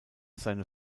seine